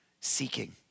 seeking